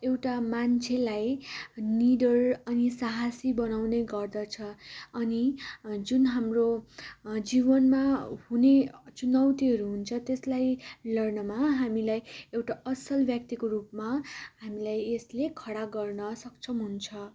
एउटा मान्छेलाई निडर अनि साहसी बनाउने गर्दछ अनि जुन हाम्रो जीवनमा हुने चुनौतीहरू हुन्छ त्यसलाई लड्नमा हामीलाई एउटा असल व्यक्तिको रूपमा हामीलाई यसले खडा गर्न सक्षम हुन्छ